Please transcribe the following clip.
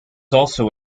also